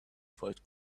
fight